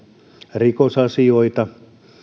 rikosasioita